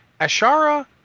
Ashara